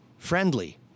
friendly